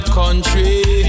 country